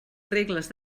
regles